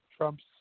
Trump's